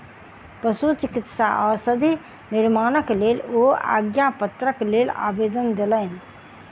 पशुचिकित्सा औषधि निर्माणक लेल ओ आज्ञापत्रक लेल आवेदन देलैन